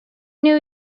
new